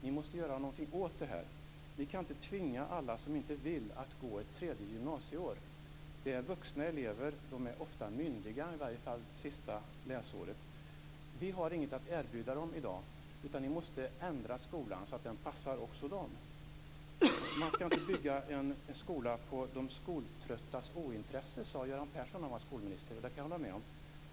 Ni måste göra någonting åt det här. Ni kan inte tvinga alla som inte vill att gå ett tredje gymnasieår. Det är vuxna elever. De är ofta myndiga, i varje fall sista läsåret. Vi har ingenting att erbjuda dem i dag, utan ni måste ändra skolan så att den passar också dem. Man skall inte bygga en skola på de skoltröttas ointresse, sade Göran Persson när han var skolminister och det kan jag hålla med om.